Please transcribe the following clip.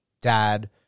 dad